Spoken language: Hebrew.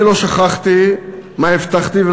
אני לא שכחתי מה הבטחתי לכם,